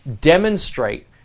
demonstrate